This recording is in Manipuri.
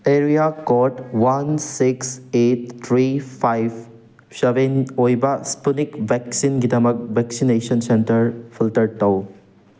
area code one six eight three five seven ꯑꯣꯏꯕ ꯁ꯭ꯄꯨꯠꯅꯤꯛ ꯕꯦꯛꯁꯤꯟꯒꯤꯗꯃꯛ ꯕꯦꯛꯁꯤꯅꯦꯁꯟ ꯁꯦꯟꯇꯔ ꯐꯤꯜꯇꯔ ꯇꯧ